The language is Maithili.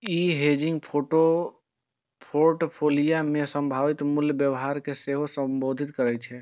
ई हेजिंग फोर्टफोलियो मे संभावित मूल्य व्यवहार कें सेहो संबोधित करै छै